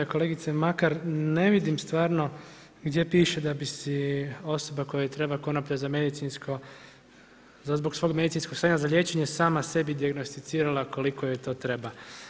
Kolegice Makar, ne vidim stvarno gdje piše da bi si osoba kojoj treba konoplja zbog svog medicinskog stanja za liječenje sama sebi dijagnosticirala koliko joj to treba.